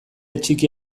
txiki